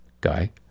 guy